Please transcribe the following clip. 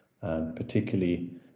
Particularly